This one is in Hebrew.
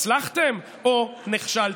הצלחתם או נכשלתם?